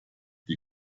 die